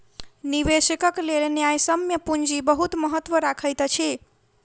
निवेशकक लेल न्यायसम्य पूंजी बहुत महत्त्व रखैत अछि